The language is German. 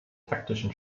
taktischen